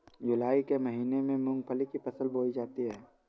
जूलाई के महीने में मूंगफली की फसल बोई जाती है